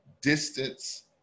Distance